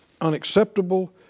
unacceptable